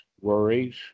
worries